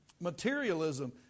Materialism